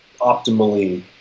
optimally